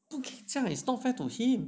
不可以这样 is not fair to him